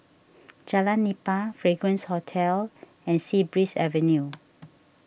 Jalan Nipah Fragrance Hotel and Sea Breeze Avenue